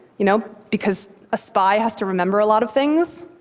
you know, because a spy has to remember a lot of things.